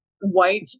white